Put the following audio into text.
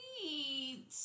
sweet